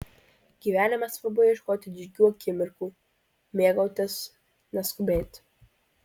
gyvenime svarbu ieškoti džiugių akimirkų mėgautis neskubėti